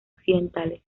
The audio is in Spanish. occidentales